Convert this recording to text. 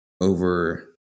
over